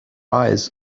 eyes